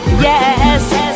Yes